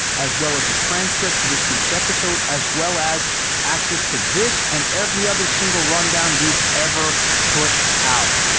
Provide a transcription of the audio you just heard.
as well as a transcript to this week's episode, as well as access to this and every other single rundown we've ever put out.